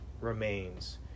remains